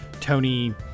Tony